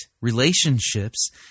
relationships